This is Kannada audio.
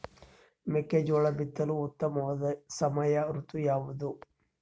ಮೆಕ್ಕೆಜೋಳ ಬಿತ್ತಲು ಉತ್ತಮವಾದ ಸಮಯ ಋತು ಯಾವುದು?